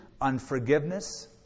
unforgiveness